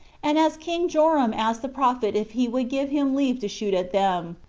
and as king joram asked the prophet if he would give him leave to shoot at them,